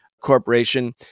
Corporation